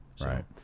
Right